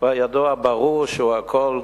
כבר ידוע, ברור שהוא הכול,